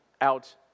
out